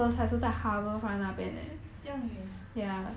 这样远